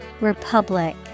republic